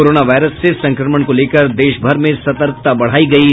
corona virus से संक्रमण को लेकर देशभर में सतर्कता बढ़ायी गयी